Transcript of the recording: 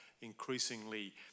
increasingly